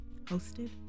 hosted